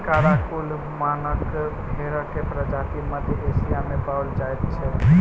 Karakul नामक भेंड़क प्रजाति मध्य एशिया मे पाओल जाइत छै